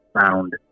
found